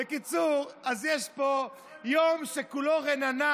בקיצור, יש פה יום שכולו רננה: